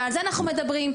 ועל זה אנחנו מדברים.